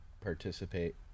participate